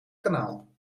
kanaal